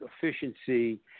efficiency